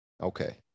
okay